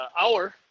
hour